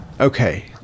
Okay